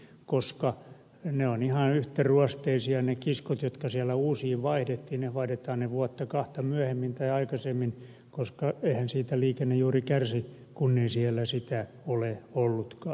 koska ihan yhtä ruosteisia ovat ne kiskot jotka siellä uusiin vaihdettiin vaihdetaan ne vuotta kahta myöhemmin tai aikaisemmin koska eihän siitä liikenne juuri kärsi kun ei siellä sitä ole ollutkaan